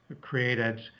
created